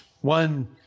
One